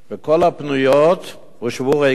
כל הפניות הושבו ריקם.